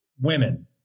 women